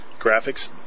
Graphics